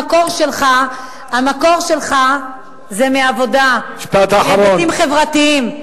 המקור שלך זה מעבודה, מהיבטים חברתיים.